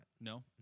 No